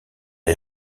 est